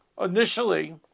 initially